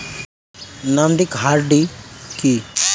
Nomadic হার্ডি কি?